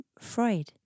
Freud